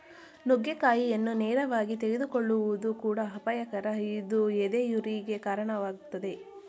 ನುಗ್ಗೆಕಾಯಿಯನ್ನು ನೇರವಾಗಿ ತೆಗೆದುಕೊಳ್ಳುವುದು ಕೂಡ ಅಪಾಯಕರ ಇದು ಎದೆಯುರಿಗೆ ಕಾಣವಾಗ್ತದೆ